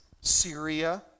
Syria